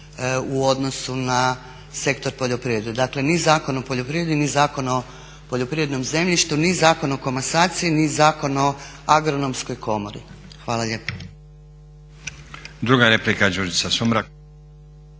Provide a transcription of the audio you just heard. u odnosu na sektor poljoprivrede. Dakle ni Zakon o poljoprivredi, ni Zakon o poljoprivrednom zemljištu, ni Zakon o komasaciji ni Zakon o Agronomskoj komori. Hvala lijepa.